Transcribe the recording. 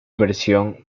versión